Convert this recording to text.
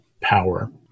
power